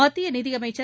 மத்தியநிதியமைச்சர்